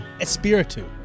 Espiritu